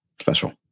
special